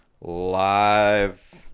Live